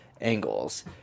angles